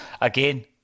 again